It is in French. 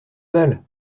balle